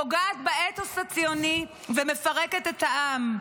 פוגעת באתוס הציוני ומפרקת את העם.